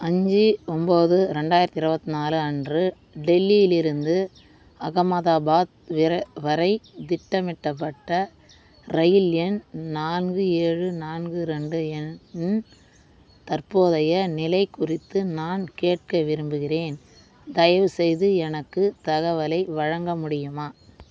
அஞ்சு ஒம்போது ரெண்டாயிரத்தி இருபத்தி நாலு அன்று டெல்லியிலிருந்து அகமதாபாத் வரை திட்டமிட்டப்பட்ட ரயில் எண் நான்கு ஏழு நான்கு ரெண்டு இன் தற்போதைய நிலை குறித்து நான் கேட்க விரும்புகிறேன் தயவுசெய்து எனக்கு தகவலை வழங்க முடியுமா